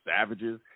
savages